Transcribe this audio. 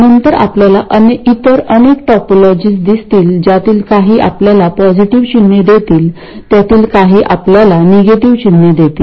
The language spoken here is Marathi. नंतर आपल्याला इतर अनेक टोपोलॉजीज दिसतील ज्यातील काही आपल्याला पॉझिटिव्ह चिन्हे देतील त्यातील काही आपल्याला निगेटिव्ह चिन्हे देतील